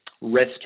risk